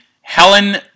Helen